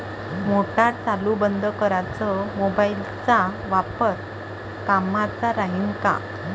Motor चालू बंद कराच मोबाईलचा वापर कामाचा राहीन का?